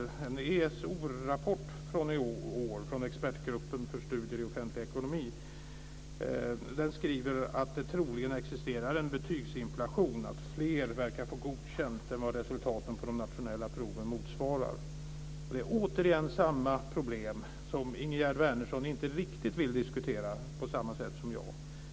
I en ESO-rapport från i år - från Expertgruppen för studier i offentlig ekonomi - skriver man att det troligen existerar en betygsinflation och att fler verkar få godkänt än vad resultaten på de nationella proven motsvarar. Det är återigen samma problem, som Ingegerd Wärnersson inte riktigt vill diskutera på samma sätt som jag.